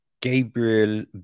Gabriel